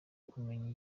kumenya